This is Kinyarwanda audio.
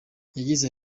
yagize